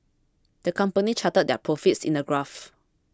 the company charted their profits in a graph